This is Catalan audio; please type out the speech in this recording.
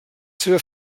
seva